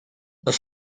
oes